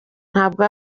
ntabwo